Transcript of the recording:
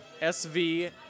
SV